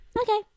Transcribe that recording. okay